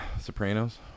Sopranos